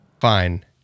Fine